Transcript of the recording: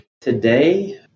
Today